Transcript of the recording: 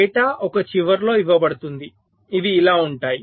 data ఒక చివరలో ఇవ్వబడుతుంది అవి ఇలా ఉంటాయి